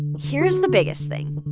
here's the biggest thing.